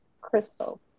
crystal